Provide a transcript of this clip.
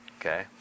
Okay